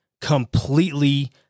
completely